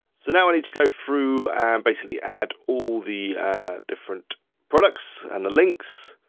so now we need to go through and basically add all the different products and the links.